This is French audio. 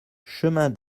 chemin